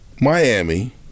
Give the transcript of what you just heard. miami